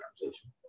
conversation